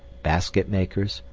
basketmakers,